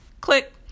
click